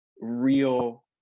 real